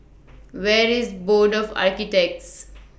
Where IS Board of Architects